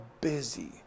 busy